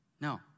No